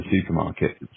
supermarket